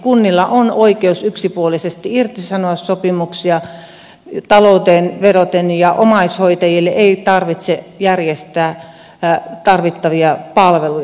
kunnilla on oikeus yksipuolisesti irtisanoa sopimuksia talouteen vedoten ja omaishoitajille ei tarvitse järjestää tarvittavia palveluja